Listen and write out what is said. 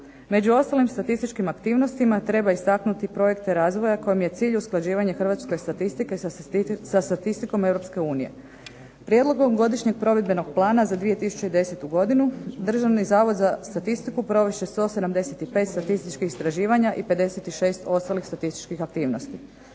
Među ostalim statističkim aktivnostima treba istaknuti projekte razvoja kojim je cilj usklađivanje hrvatske statistike sa statistikom Europske unije. Prijedlogom godišnjeg provedbenog plana za 2010. godinu Državni zavod za statistiku provest će 175 statističkih istraživanja i 56 ostalih statističkih aktivnosti.